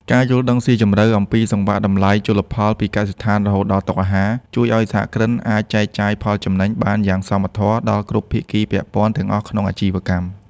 ការយល់ដឹងស៊ីជម្រៅអំពីសង្វាក់តម្លៃជលផលពីកសិដ្ឋានរហូតដល់តុអាហារ ជួយឱ្យសហគ្រិនអាចចែកចាយផលចំណេញបានយ៉ាងសមធម៌ដល់គ្រប់ភាគីពាក់ព័ន្ធទាំងអស់ក្នុងអាជីវកម្ម។